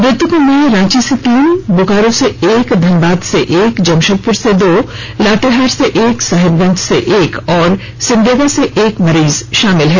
मृतकों में रांची से तीन बोकारो से एक धनबाद से एक जमशेदपुर से दो लातेहार से एक साहेबगंज से एक और सिमडेगा से एक मरीज शामिल है